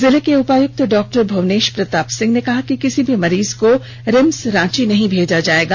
जिले के उपायुक्त डॉ भुवनेश प्रताप सिंह ने कहा कि किसी भी मरीज को रिम्स रांची नहीं भेजा जायेगा